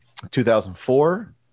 2004